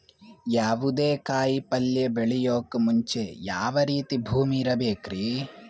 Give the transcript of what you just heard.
ಯಾವುದೇ ಕಾಯಿ ಪಲ್ಯ ಬೆಳೆಯೋಕ್ ಮುಂಚೆ ಯಾವ ರೀತಿ ಭೂಮಿ ಇರಬೇಕ್ರಿ?